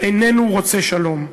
איננו רוצה שלום,